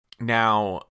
Now